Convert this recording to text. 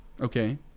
Okay